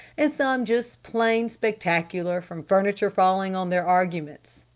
and some just plain spectacular from furniture falling on their arguments.